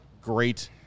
great